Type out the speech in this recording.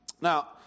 Now